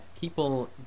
people